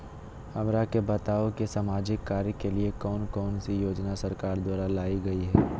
हमरा के बताओ कि सामाजिक कार्य के लिए कौन कौन सी योजना सरकार द्वारा लाई गई है?